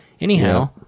Anyhow